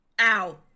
Ow